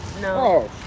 No